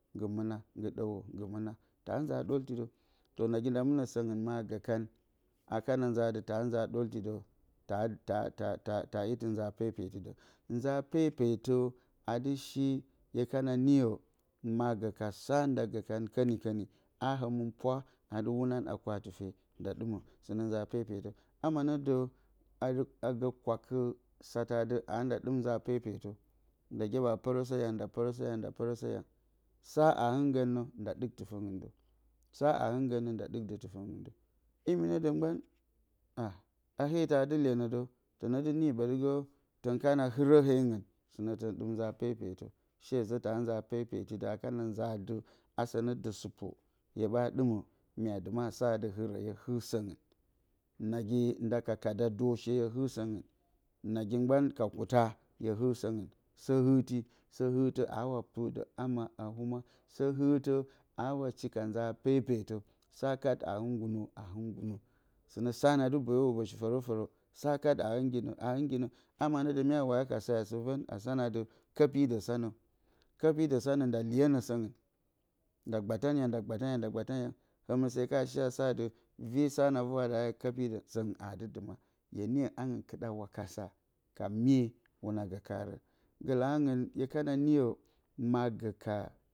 Ngu mɨna ngu ɗwewǝ tǝ nagi ndawyle sǝngɨn ma gǝ kantaa ɗoltidǝ taa iti nza pepetidǝ nza pepetǝ adɨ he hye kana niyǝ hye gǝ ka sa hye gǝ kan kǝnikǝni pa dɨ whunan a kwatɨfe nda ɗimǝ ama nǝ dú a nza kwaka adɨ a nda ɗɨm nza pepetǝ nda dɨ byeɓa pǝrǝsǝ yang nda gyeɓa pǝrǝsǝ yang aa hɨngǝnǝ nda ɗik tɨfǝngɨn dǝ imi mgban hee tɨna lyenǝdǝ tǝni niye tɔn kana hɨrǝ hengɨn tǝn ɗim nza pepetǝ hezɛ taa nzaa pepetidǝ akana zǝ ati hye ɓa ɗumǝ mye duma asa hɨrǝ hyr hɨr sǝngɨm nda ka kada ɗorshe hye hɨr sǝngɨn nagi ka kuta hɨrti sǝ hɨrtǝ aawa pɨrdǝ ama humwa sɨ hɨrtǝ aawa shika nza pepetǝ sɨnǝ saa nadɨ bǝyǝ hubǝshi fǝrǝ a hɨnginǝ ama ne dǝ mya waya ka se a si san ati kǝpidǝ sanǝnda gbyetan yang hǝmǝ sa ka shi sa hye kǝpidǝn se adɨ dɨma ka mye ehuna gǝ karǝn,